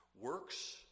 Works